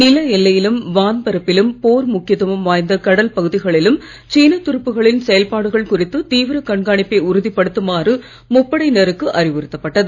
நில எல்லையிலும் வான் பரப்பிலும் போர் முக்கியத்துவம் வாய்ந்த கடல் பகுதிகளிலும் சீன துருப்புகளின் செயல்பாடுகள் குறித்து தீவிர உறுதிபடுத்துமாறு கண்காணிப்பை முப்படையினருக்கு அறிவுறுத்தப்பட்டது